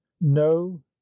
no